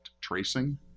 tracing